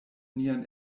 nian